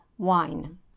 wine